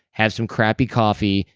have some crappy coffee,